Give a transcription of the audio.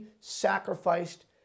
sacrificed